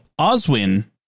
Oswin